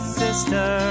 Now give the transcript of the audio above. sister